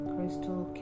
Crystal